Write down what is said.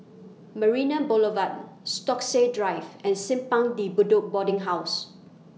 Marina Boulevard Stokesay Drive and Simpang De Budo Boarding House